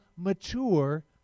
mature